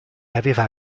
aveva